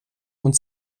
und